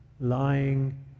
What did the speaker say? lying